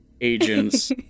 agents